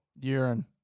Urine